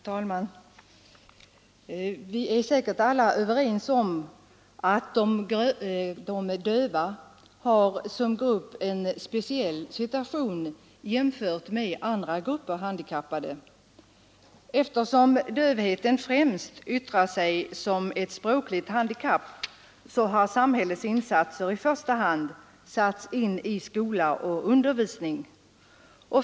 Herr talman! Vi är säkert alla överens om att de döva som grupp har en speciell situation jämfört med andra grupper handikappade. Eftersom dövheten främst yttrar sig som ett språkligt handikapp, har samhällets insatser i första hand satts in i skola och undervisning.